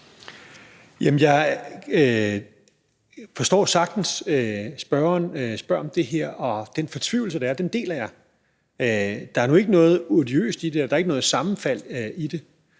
jeg forstår sagtens, at spørgeren spørger om det her, og at der er den fortvivlelse, for den deler jeg. Der er nu ikke noget odiøst i det, og der er ikke noget sammenfald i det.